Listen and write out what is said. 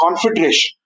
confederation